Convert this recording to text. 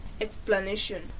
explanation